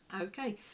Okay